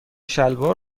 شلوار